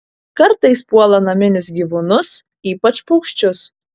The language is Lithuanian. kartais puola naminius gyvūnus ypač paukščius